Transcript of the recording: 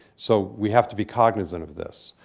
so we have to be cognizant of this.